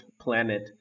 planet